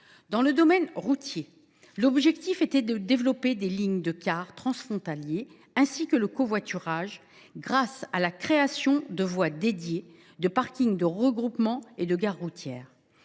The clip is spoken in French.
Dans le domaine routier, l’objectif était de développer des lignes de cars transfrontaliers, ainsi que le covoiturage, grâce à la création de voies dédiées, de parkings de regroupement et de gares routières.